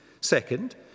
Second